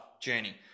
journey